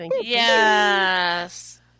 Yes